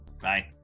Bye